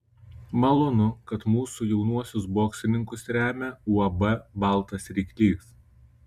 malonu kad mūsų jaunuosius boksininkus remia uab baltas ryklys